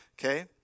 okay